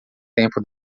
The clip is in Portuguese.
tempo